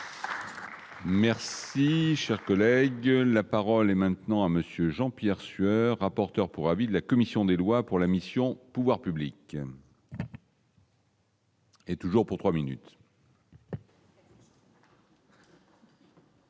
Merci. Si cher collègue, la parole est maintenant à monsieur Jean-Pierre Sueur, rapporteur pour avis de la commission des lois pour la mission, pouvoirs publics. Et toujours pour 3 minutes.